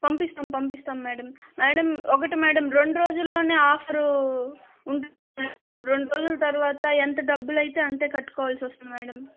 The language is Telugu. పంపిస్తాము పంపిస్తాము మ్యాడమ్ మేడం ఒకటి మేడం రెండు రోజుల్లోనే ఆఫరు ఉంటుంది మేడం రెండు రోజుల తరువాత ఎంత డబ్బులైతే అంతే కట్టుకోవాల్సొస్తుంది మ్యాడమ్